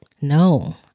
No